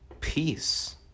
peace